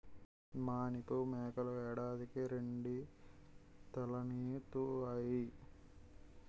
మానిపు మేకలు ఏడాదికి రెండీతలీనుతాయి